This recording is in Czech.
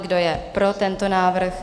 Kdo je pro tento návrh?